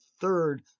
third